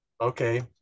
Okay